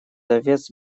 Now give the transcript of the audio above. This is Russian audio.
овец